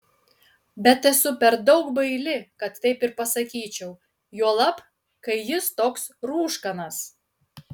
bet esu per daug baili kad taip ir pasakyčiau juolab kai jis toks rūškanas